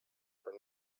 for